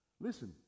Listen